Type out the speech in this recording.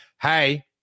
Hey